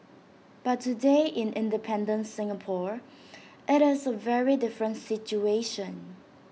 but today in independent Singapore IT is A very different situation